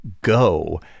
go